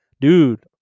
Dude